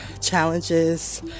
challenges